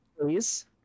please